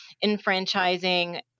enfranchising